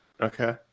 okay